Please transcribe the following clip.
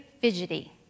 fidgety